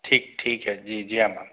ठीक ठीक है जी जी हाँ मैम